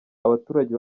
abaturage